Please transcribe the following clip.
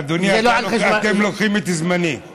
אדוני, אתם לוקחים את זמני.